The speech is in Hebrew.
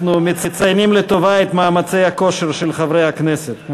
אנחנו מציינים לטובה את מאמצי הכושר של חברי הכנסת.